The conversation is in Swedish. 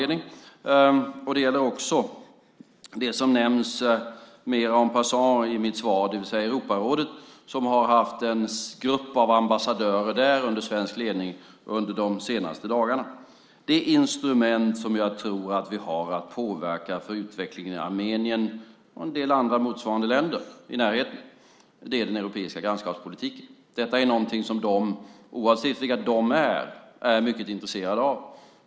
Det gäller också det som nämns mer en passant i mitt svar, nämligen Europarådet, som har haft en grupp ambassadörer där under svensk ledning under de senaste dagarna. Det instrument som jag tror att vi har för att påverka utvecklingen i Armenien och en del andra länder i närheten är den europeiska grannskapspolitiken. Detta är något som de - oavsett vilka "de" är - är mycket intresserade av.